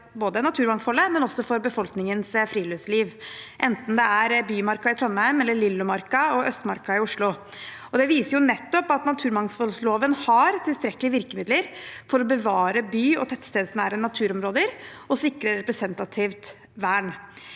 for naturmangfoldet, men også for befolkningens friluftsliv, enten det er Bymarka i Trondheim eller Lillomarka og Østmarka i Oslo. Det viser nettopp at naturmangfoldloven har tilstrekkelige virkemidler for å bevare by- og tettstedsnære naturområder og sikre representativt vern.